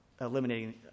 eliminating